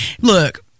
look